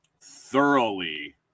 thoroughly